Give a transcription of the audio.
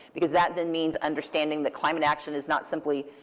because that then means understanding that climate action is not simply